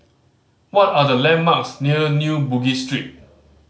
what are the landmarks near New Bugis Street